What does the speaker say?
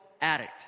addict